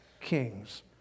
kings